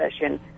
session